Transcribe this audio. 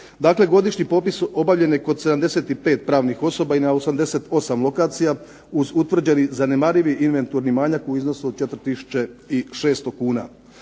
godišnji popis obavljen je kod 75 pravnih osoba i na 88 lokacija uz utvrđeni zanemarivi inventurni manjak u iznosu od 4600 kuna.